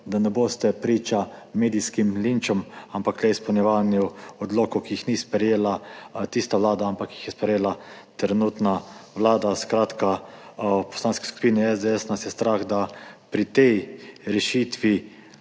ne boste priča medijskim linčem, ampak le izpolnjevanju odlokov, ki jih ni sprejela tista vlada, ampak jih je sprejela trenutna vlada. V Poslanski skupini SDS nas je strah, da pri tej rešitvi